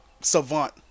savant